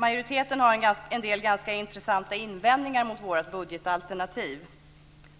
Majoriteten har en del ganska intressanta invändningar mot vårt budgetalternativ.